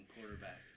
quarterback